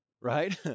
right